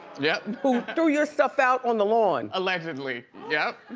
yep. who threw your stuff out on the lawn. allegedly, yep.